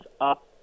up